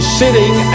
sitting